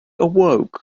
awoke